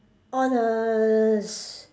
all the s~